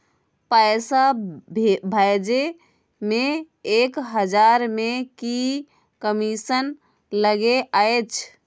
पैसा भैजे मे एक हजार मे की कमिसन लगे अएछ?